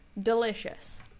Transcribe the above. Delicious